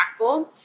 impactful